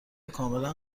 کاملا